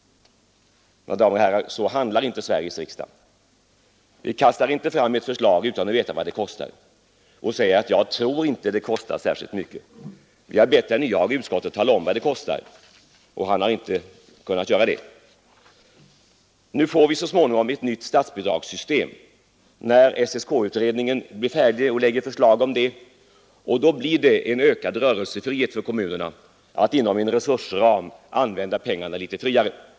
Mina damer och herrar! Så handlar inte Sveriges riksdag. Vi kastar inte fram ett förslag utan att veta vad det kostar att genomföra det. Vi har i utskottet bett herr Nyhage att tala om vad det skulle kosta att genomföra den här förändringen, men han har inte kunnat göra det. Nu får vi så småningom ett nytt statsbidragssystem, när SSK-utredningen blir färdig och lägger fram sitt förslag. Då blir det ökad rörelsefrihet för kommunerna att inom en resursram använda pengarna friare.